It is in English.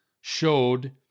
showed